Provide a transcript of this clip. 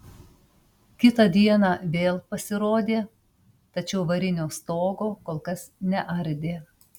kitą dieną vėl pasirodė tačiau varinio stogo kol kas neardė